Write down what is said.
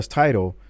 title